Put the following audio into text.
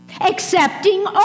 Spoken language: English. Accepting